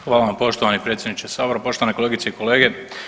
Hvala vam poštovani predsjedniče Sabora, poštovane kolegice i kolege.